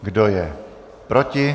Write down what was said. Kdo je proti?